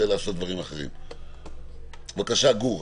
בבקשה, גור.